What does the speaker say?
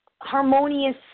harmonious